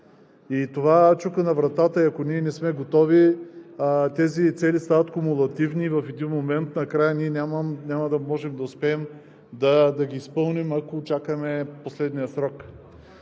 Това чука на вратата и ако ние не сме готови, тези цели стават кумулативни и в един момент накрая ние няма да можем да успеем да ги изпълним, ако чакаме последния срок.